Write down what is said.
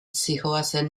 zihoazen